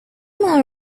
fatima